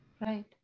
Right